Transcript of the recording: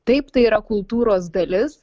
taip tai yra kultūros dalis